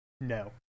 no